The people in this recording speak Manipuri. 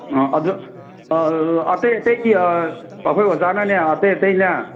ꯑꯥ ꯑꯗꯨ ꯑꯥ ꯑꯇꯩ ꯑꯇꯩ ꯑꯩꯈꯣꯏ ꯑꯣꯖꯥꯅꯅꯦ ꯑꯇꯩ ꯑꯇꯩꯅꯦ